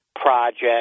project